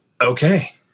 okay